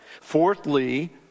Fourthly